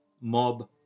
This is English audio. mob